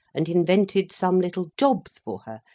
and invented some little jobs for her,